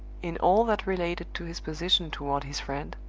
in all that related to his position toward his friend,